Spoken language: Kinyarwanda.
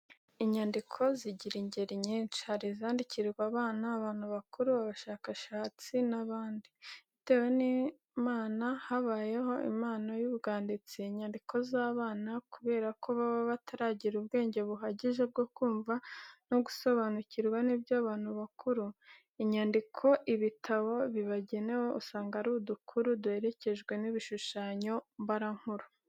Inyandiko zigira ingeri nyinshi. Hari izandikirwa abana, abantu bakuru, abashakashatsi n'abandi, bitewe n'Imana hayemo impano y'ubwanditsi. Inyandiko z'abana, kubera ko baba bataragira ubwenge buhagije bwo kumva no gusobanukirwa n'iby'abantu bakuru, inyandiko, ibitabo bibagenewe usanga ari udukuru duherekejwe n'ibishushanyo mbarankuru.